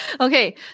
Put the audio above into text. okay